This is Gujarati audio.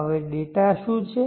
હવે ડેટા શું છે